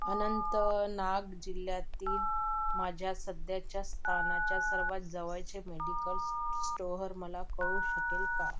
अनंत नाग जिल्ह्यातील माझ्या सध्याच्या स्थानाच्या सर्वात जवळचे मेडिकल स्टोअर मला कळू शकेल का